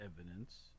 evidence